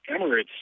Emirates